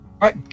right